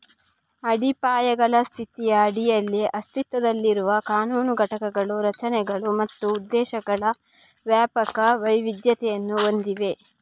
ಅಡಿಪಾಯಗಳ ಸ್ಥಿತಿಯ ಅಡಿಯಲ್ಲಿ ಅಸ್ತಿತ್ವದಲ್ಲಿರುವ ಕಾನೂನು ಘಟಕಗಳು ರಚನೆಗಳು ಮತ್ತು ಉದ್ದೇಶಗಳ ವ್ಯಾಪಕ ವೈವಿಧ್ಯತೆಯನ್ನು ಹೊಂದಿವೆ